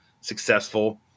successful